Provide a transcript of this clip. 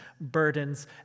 burdens